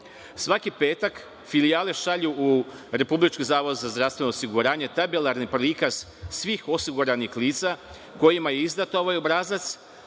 Svaki petak filijale šalju u Republički zavod za zdravstveno osiguranje tabelarni prikaz svih osiguranih lica kojima je izdat ovaj obrazac,